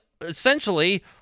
essentially